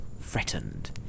threatened